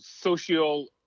social